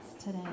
today